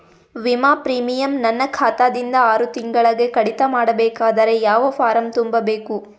ವಿಮಾ ಪ್ರೀಮಿಯಂ ನನ್ನ ಖಾತಾ ದಿಂದ ಆರು ತಿಂಗಳಗೆ ಕಡಿತ ಮಾಡಬೇಕಾದರೆ ಯಾವ ಫಾರಂ ತುಂಬಬೇಕು?